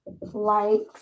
likes